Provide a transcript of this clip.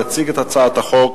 יציג את הצעת החוק